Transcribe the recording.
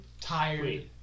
Tired